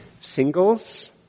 Singles